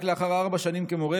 רק לאחר ארבע שנים כמורה,